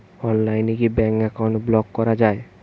অনলাইনে কি bank account block করা য়ায়?